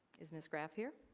is ms. graf here?